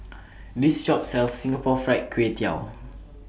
This Shop sells Singapore Fried Kway Tiao